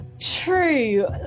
True